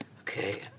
Okay